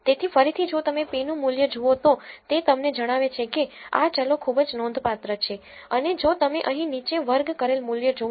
તેથી ફરીથી જો તમે p નું મૂલ્ય જુઓ તો તે તમને જણાવે છે કે આ ચલો ખૂબ જ નોંધપાત્ર છે અને જો તમે અહીં નીચે વર્ગ કરેલ મૂલ્ય જુઓ